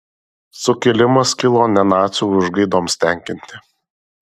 sukilimas kilo ne nacių užgaidoms tenkinti